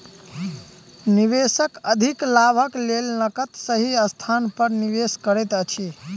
निवेशक अधिक लाभक लेल नकद सही स्थान पर निवेश करैत अछि